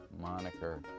moniker